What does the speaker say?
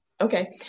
Okay